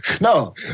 No